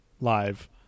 live